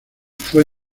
fue